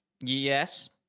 Yes